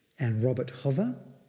and robert hover.